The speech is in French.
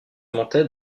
montait